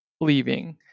leaving